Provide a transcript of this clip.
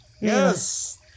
Yes